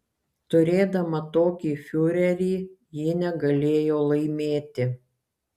turėdama tokį fiurerį ji negalėjo laimėti